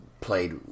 played